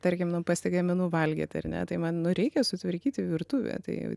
tarkim nu pasigaminu valgyt ar ne tai man nu reikia sutvarkyti virtuvę tai